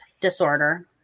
disorder